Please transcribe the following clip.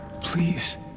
please